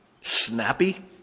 Snappy